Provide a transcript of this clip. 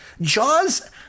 Jaws